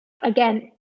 again